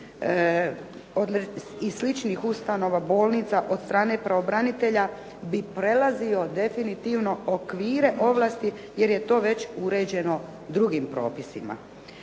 i sličnih ustanova, bolnica od strane pravobranitelja bi prelazio definitivno okvire ovlasti jer je to već uređeno drugim propisima.